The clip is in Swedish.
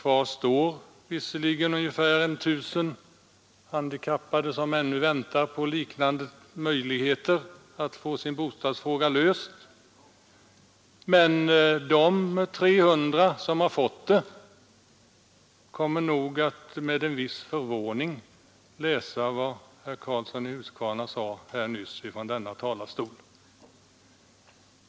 Visserligen väntar ännu ungefär 1 000 handikappade på liknande möjligheter att få sin bostadsfråga löst, men de 300 som fått bostad kommer säkerligen att med en viss förvåning läsa vad herr Karlsson i Huskvarna nyss sade från denna talarstol.